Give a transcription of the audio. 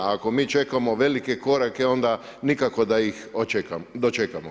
A ako mi čekamo velike korake, onda nikako da ih dočekamo.